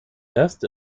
erst